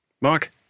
Mark